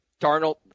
Darnold